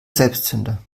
selbstzünder